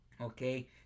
Okay